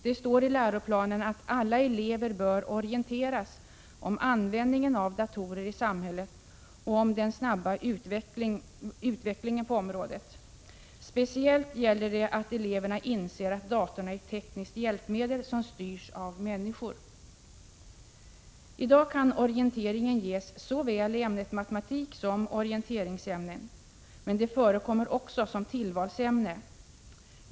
Det står i läroplanen: Alla elever bör orienteras om användningen av datorer i samhället och om den snabba utvecklingen på området. Speciellt gäller det att eleverna inser att datorn är ett tekniskt hjälpmedel som styrs av människor. I dag kan orienteringen ges såväl i ämnet matematik som i orienteringsämnena, men den förekommer också som tillvalsämne.